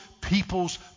people's